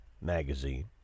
magazine